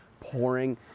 pouring